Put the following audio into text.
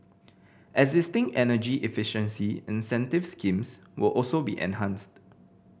existing energy efficiency incentive schemes will also be enhanced